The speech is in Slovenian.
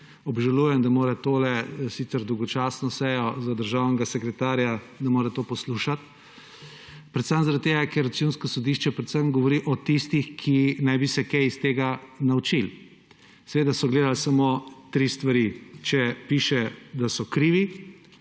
Obžalujem, da mora, sicer dolgočasno sejo za državnega sekretarja, to poslušati, predvsem zaradi tega, ker Računsko sodišče predvsem govori o tistih, ki naj bi se kaj iz tega naučili. Seveda so gledali samo tri stvari. Če piše, da so krivi,